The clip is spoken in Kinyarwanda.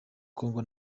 kongo